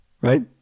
right